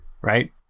right